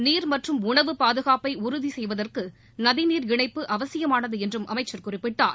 நீர் மற்றும் உணவு பாதுகாப்பை உறுதி செய்வதற்கு நதிநீர் இணைப்பு அவசியமானது என்றும் அமைச்சர் குறிப்பிட்டார்